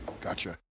Gotcha